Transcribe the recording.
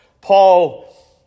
Paul